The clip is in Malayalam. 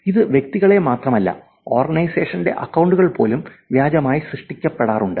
ഇത് വ്യക്തികളെ മാത്രമല്ല ഓർഗനൈസേഷന്റെ അക്കൌണ്ടുകൾ പോലും വ്യാജമായി സൃഷ്ടിക്കപ്പെടാറുണ്ട്